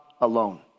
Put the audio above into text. alone